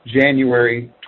January